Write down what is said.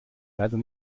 leider